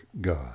God